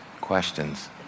questions